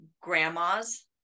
grandma's